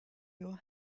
your